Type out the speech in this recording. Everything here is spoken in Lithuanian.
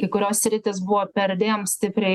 kai kurios sritys buvo perdėm stipriai